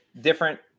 different